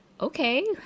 okay